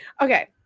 Okay